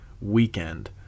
weekend